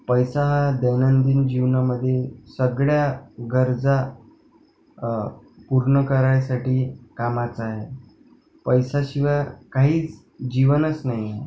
पैसा दैनंदिन जीवनामध्ये सगळ्या गरजा पूर्ण करायसाठी कामाचा आहे पैशाशिवाय काहीच जीवनच नाही